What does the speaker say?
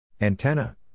Antenna